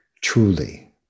truly